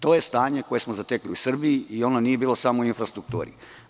To je stanje koje smo zatekli u Srbiji i ono nije bilo samo u infrastrukturi.